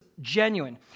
genuine